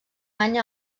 any